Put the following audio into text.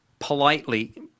politely